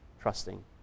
trusting